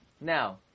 Now